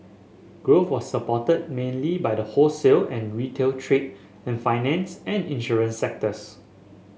growth was supported mainly by the wholesale and retail trade and finance and insurance sectors